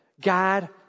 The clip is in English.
God